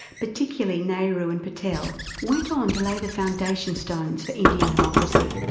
particularly nehru, and patel, went on to lay the foundation stones for indian democracy.